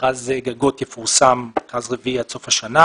מכרז גגות יפורסם מכרז רביעי עד סוף השנה.